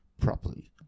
properly